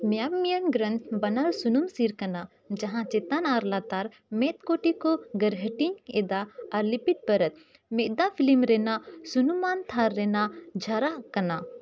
ᱢᱮᱭᱟᱝ ᱢᱮᱭᱟᱝ ᱜᱨᱟᱱ ᱵᱟᱱᱟᱨ ᱥᱩᱱᱩᱢ ᱥᱤᱨ ᱠᱟᱱᱟ ᱡᱟᱦᱟᱸ ᱪᱮᱛᱟᱱ ᱟᱨ ᱞᱟᱛᱟᱨ ᱢᱮᱫ ᱠᱩᱴᱤ ᱠᱚ ᱜᱟᱨᱦᱟᱴᱤᱧ ᱮᱫᱟ ᱟᱨ ᱞᱤᱯᱤᱰ ᱯᱚᱨᱚᱛ ᱢᱮᱫ ᱫᱟᱜ ᱯᱷᱤᱞᱤᱢ ᱨᱮᱱᱟᱜ ᱥᱩᱱᱩᱢᱟᱱ ᱛᱷᱟᱨ ᱨᱮᱱᱟᱜ ᱡᱷᱟᱨᱟᱜ ᱠᱟᱱᱟ